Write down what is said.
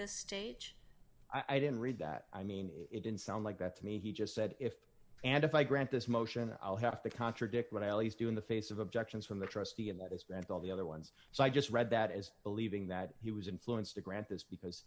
this stage i didn't read that i mean it didn't sound like that to me he just said if and if i grant this motion i'll have to contradict what i always do in the face of objections from the trustee of what has been called the other ones so i just read that as believing that he was influenced to grant this because